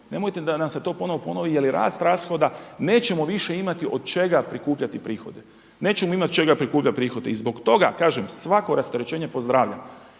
nemojmo da nam se to ponovno ponovi jer rast rashoda nećemo više imati od čega prikupljati prihode, nećemo imati od čega prikupljati prihode. I zbog toga kažem svako rasterećenje pozdravljam